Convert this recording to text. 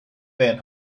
van